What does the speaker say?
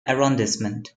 arrondissement